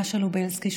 מאשה לובלסקי,